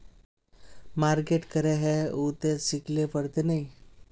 Market करे है उ ते सिखले पड़ते नय?